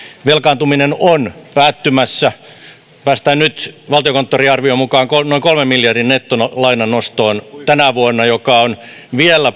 velkaantuminen on päättymässä nyt päästään valtiokonttorin arvion mukaan noin kolmen miljardin nettolainan nostoon tänä vuonna joka on vielä